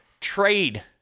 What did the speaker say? trade